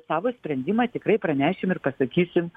savo sprendimą tikrai pranešim ir pasakysim